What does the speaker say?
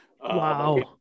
Wow